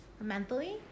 mentally